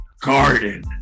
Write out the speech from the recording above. Garden